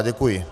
Děkuji.